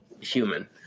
human